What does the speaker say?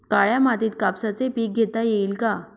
काळ्या मातीत कापसाचे पीक घेता येईल का?